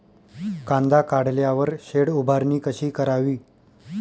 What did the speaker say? कांदा काढल्यावर शेड उभारणी कशी करावी?